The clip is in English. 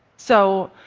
so,